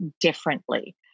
differently